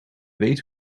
weet